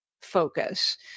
focus